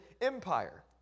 Empire